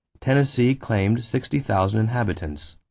tennessee claimed sixty thousand inhabitants.